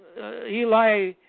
Eli